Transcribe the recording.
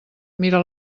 mira